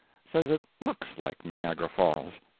says it looks like niagara falls.